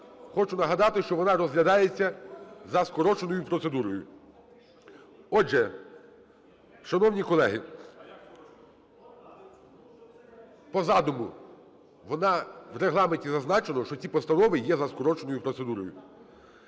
Хочу нагадати, що вона розглядається за скороченою процедурою. Отже, шановні колеги, по задуму вона, в Регламенті зазначено, що ці постанови є за скороченою процедурою.